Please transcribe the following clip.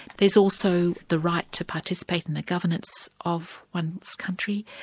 there's also the right to participate in the governance of one's country,